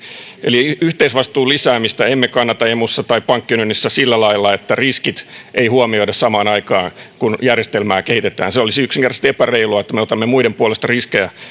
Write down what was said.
eli yhteisvastuun lisäämistä emme kannata emussa tai pankkiunionissa sillä lailla että riskejä ei huomioida samaan aikaan kun järjestelmää kehitetään se olisi yksinkertaisesti epäreilua että me otamme muiden puolesta riskejä